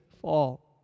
fall